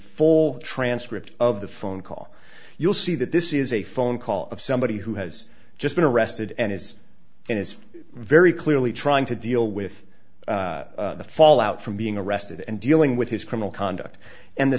full transcript of the phone call you'll see that this is a phone call of somebody who has just been arrested and is and is very clearly trying to deal with the fallout from being arrested and dealing with his criminal conduct and the